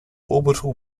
orbital